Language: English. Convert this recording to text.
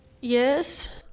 yes